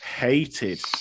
hated